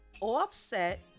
Offset